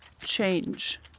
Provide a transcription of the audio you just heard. change